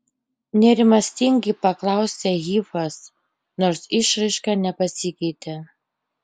nerimastingai paklausė hifas nors išraiška nepasikeitė